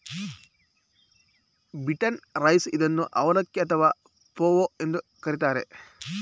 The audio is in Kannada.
ಬೀಟನ್ನ್ ರೈಸ್ ಇದನ್ನು ಅವಲಕ್ಕಿ ಅಥವಾ ಪೋಹ ಎಂದು ಕರಿತಾರೆ